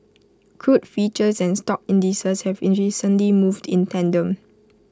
crude futures and stock indices have recently moved in tandem